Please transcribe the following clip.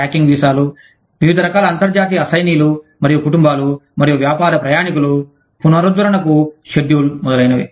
tracking వీసాలు వివిధ రకాల అంతర్జాతీయ అసైనీలు మరియు కుటుంబాలు మరియు వ్యాపార ప్రయాణికులు పునరుద్ధరణకు షెడ్యూల్ మొదలైనవి